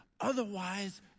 Otherwise